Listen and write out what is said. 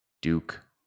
Duke